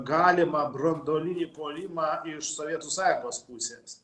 galimą branduolinį puolimą iš sovietų sąjungos pusės